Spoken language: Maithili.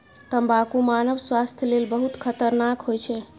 तंबाकू मानव स्वास्थ्य लेल बहुत खतरनाक होइ छै